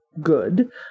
good